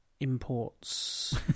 imports